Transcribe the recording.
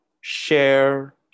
share